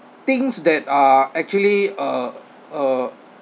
things that are actually uh uh